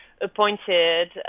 appointed